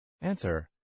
Answer